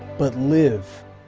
but live,